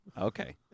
Okay